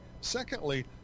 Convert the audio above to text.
secondly